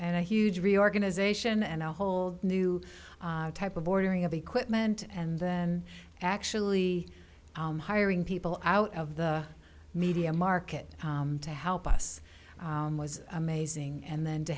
and a huge reorganization and a whole new type of ordering of equipment and then actually hiring people out of the media market to help us was amazing and then to